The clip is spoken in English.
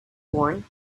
born